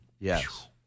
Yes